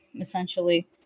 essentially